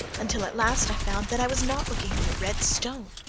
until at last i found that i was not looking at a red stone,